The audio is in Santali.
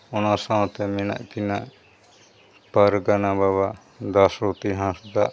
ᱚᱱᱟ ᱥᱟᱶᱛᱮ ᱢᱮᱱᱟᱜ ᱠᱤᱱᱟ ᱯᱟᱨᱜᱟᱱᱟ ᱵᱟᱵᱟ ᱫᱟᱥᱨᱚᱛᱤ ᱦᱟᱸᱥᱫᱟ